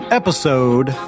episode